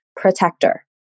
protector